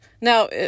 Now